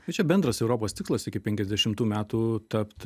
tai čia bendras europos tikslas iki penkiasdešimtų metų tapt